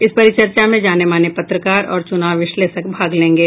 इस परिचर्चा में जाने माने पत्रकार और चुनाव विश्लेषक भाग लेंगे